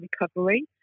recovery